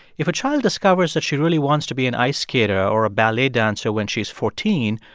if a child discovers that she really wants to be an ice skater or a ballet dancer when she's fourteen,